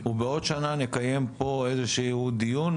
ובעוד שנה נקיים פה איזשהו דיון,